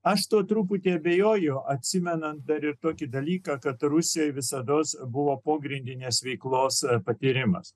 aš tuo truputį abejoju atsimenant dar ir tokį dalyką kad rusijoj visados buvo pogrindinės veiklos patyrimas